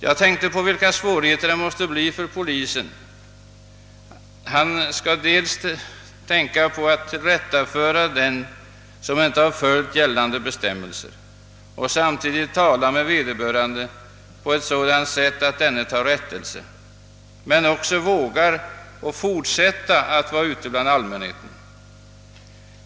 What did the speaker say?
Jag avsåg de svårigheter som måste uppstå för polismannen, som dels skall tänka på att tillrättaföra den som inte har följt gällande bestämmelser, dels samtidigt tala med vederbörande på ett sådant : sätt att denne tar rättelse men också vågar fortsätta att vara ute bland allmänheten.